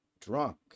drunk